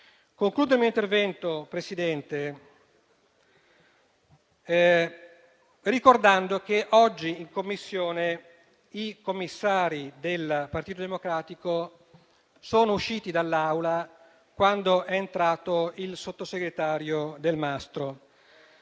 Concludo il mio intervento ricordando che oggi in Commissione i commissari del Partito Democratico sono usciti dall'aula quando è entrato il sottosegretario Delmastro